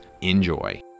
enjoy